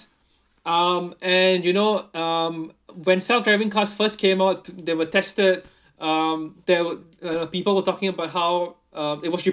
um and you know um when self driving cars first came out they were tested um there were uh people were talking about how uh it was